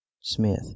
smith